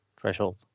threshold